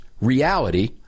reality